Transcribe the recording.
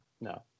No